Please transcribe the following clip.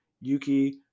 yuki